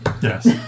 Yes